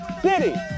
City